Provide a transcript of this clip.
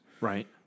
Right